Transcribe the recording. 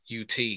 UT